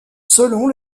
selon